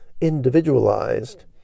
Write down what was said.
individualized